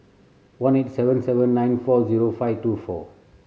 one eight seven seven nine four zero five two four